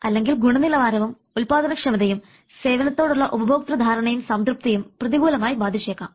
അല്ലെങ്കിൽ ഗുണനിലവാരവും ഉത്പാദനക്ഷമതയും സേവനത്തോടുള്ള ഉപഭോക്തൃ ധാരണയും സംതൃപ്തിയും പ്രതികൂലമായി ബാധിച്ചേക്കാം